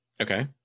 Okay